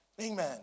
Amen